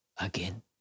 again